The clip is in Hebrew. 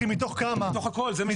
מתוך הכול.